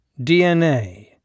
DNA